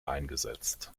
eingesetzt